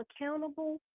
accountable